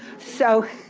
so